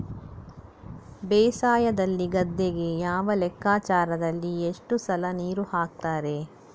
ಬೇಸಾಯದಲ್ಲಿ ಗದ್ದೆಗೆ ಯಾವ ಲೆಕ್ಕಾಚಾರದಲ್ಲಿ ಎಷ್ಟು ಸಲ ನೀರು ಹಾಕ್ತರೆ?